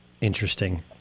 interesting